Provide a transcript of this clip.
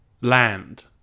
Land